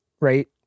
right